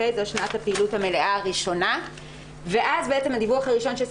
בעד ההקשר של האלימות ומה שאמרת אחרי המקרה